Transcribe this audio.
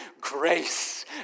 grace